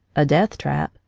a death-trap,